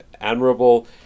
admirable